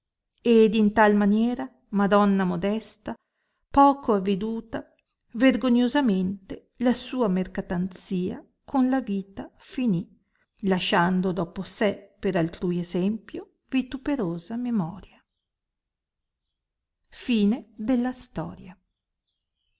ed in tal maniera madonna modesta poco aveduta vergognosamente la sua mercatanzia con la vita finì lasciando dopo sé per altrui essempio vituperosa memoria essendo la